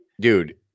dude